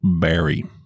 Barry